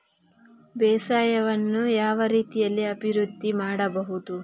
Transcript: ಬೇಸಾಯವನ್ನು ಯಾವ ರೀತಿಯಲ್ಲಿ ಅಭಿವೃದ್ಧಿ ಮಾಡಬಹುದು?